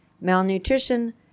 malnutrition